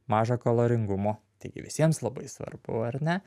mažo kaloringumo taigi visiems labai svarbu ar ne